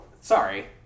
sorry